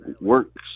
works